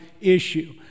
issue